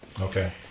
Okay